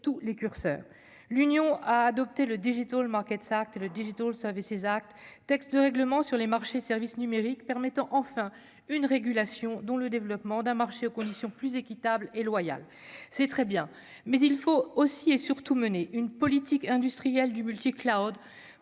tous les curseurs l'Union a adopté le Digital Markets Act et le Digital savez ces actes texte règlement sur les marchés, services numériques permettant enfin une régulation dont le développement d'un marché aux coalitions plus équitable et loyale, c'est très bien mais il faut aussi et surtout mener une politique industrielle du multi-Cloud